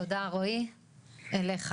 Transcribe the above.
תודה רועי אליך.